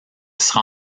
sera